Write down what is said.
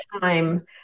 time